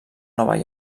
nova